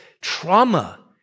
trauma